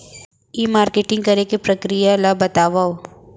ई marketing करे के प्रक्रिया ला बतावव?